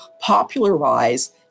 popularize